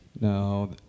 No